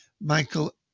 Michael